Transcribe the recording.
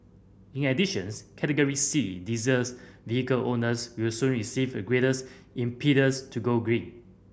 in additions Category C diesels vehicle owners will soon receive graters impetus to go green